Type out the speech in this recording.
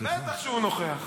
בטח שהוא נוכח.